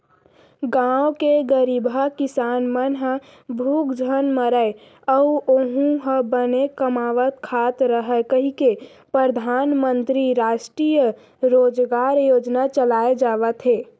गाँव के गरीबहा किसान मन ह भूख झन मरय अउ ओहूँ ह बने कमावत खात रहय कहिके परधानमंतरी रास्टीय रोजगार योजना चलाए जावत हे